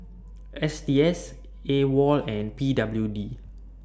S T S AWOL and P W D